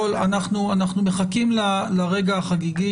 אנחנו מחכים לבשורה החגיגית